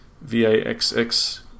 V-A-X-X